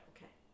Okay